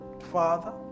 Father